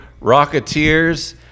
rocketeers